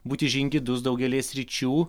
būti žingeidus daugelyje sričių